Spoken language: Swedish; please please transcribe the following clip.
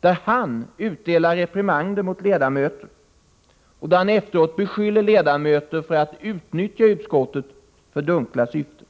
där han utdelar reprimander och där han efteråt beskyller ledamöter för att utnyttja utskottet för dunkla syften.